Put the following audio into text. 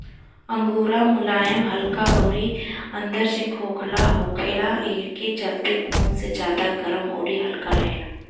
angora मुलायम हल्का अउरी अंदर से खोखला होखला के चलते ऊन से ज्यादा गरम अउरी हल्का रहेला